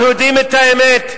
אנחנו יודעים את האמת.